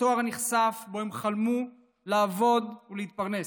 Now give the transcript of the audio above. התואר הנכסף שבו הם חלמו לעבוד ולהתפרנס.